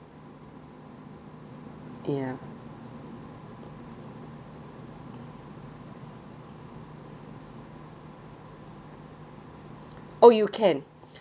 ya oh you can